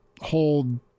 hold